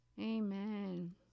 Amen